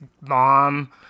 mom